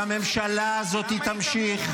והממשלה הזאת תמשיך.